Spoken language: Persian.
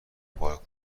پارک